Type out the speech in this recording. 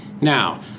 Now